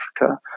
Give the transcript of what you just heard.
Africa